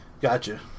Gotcha